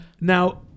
Now